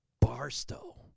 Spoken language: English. Barstow